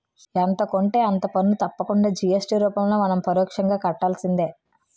ఎంత కొంటే అంత పన్ను తప్పకుండా జి.ఎస్.టి రూపంలో మనం పరోక్షంగా కట్టాల్సిందే